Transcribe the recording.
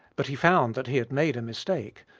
but he found that he had made a mistake,